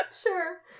Sure